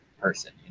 person